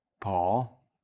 Paul